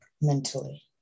mentally